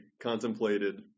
contemplated